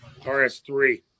RS3